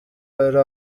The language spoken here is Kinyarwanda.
ari